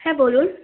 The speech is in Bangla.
হ্যাঁ বলুন